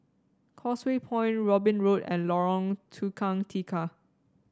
Causeway Point Robin Road and Lorong Tukang Tiga